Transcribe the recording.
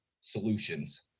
Solutions